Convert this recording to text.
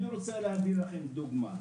אני רוצה להביא לכם דוגמא,